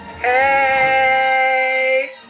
Hey